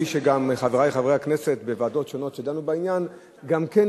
כפי שגם חברי חברי הכנסת בוועדות שונות שדנו בעניין גם כן,